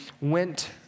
went